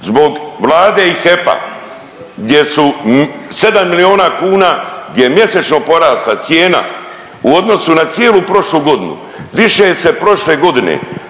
zbog Vlade i HEP—a gdje su, 7 milijuna kuna gdje je mjesečno porasla cijena u odnosu na cijelu prošlu godinu, više se prošle godine